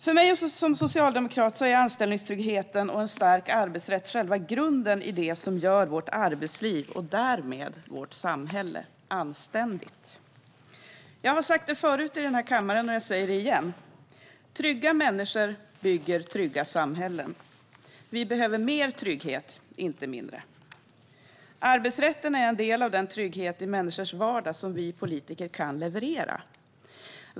För mig som socialdemokrat är anställningstryggheten och en stark arbetsrätt själva grunden för det som gör vårt arbetsliv och därmed vårt samhälle anständigt. Jag har sagt det förut i kammaren, och jag säger det igen: Trygga människor bygger trygga samhällen. Vi behöver mer trygghet, inte mindre. Arbetsrätten är en del av den trygghet i människors vardag som vi politiker kan leverera.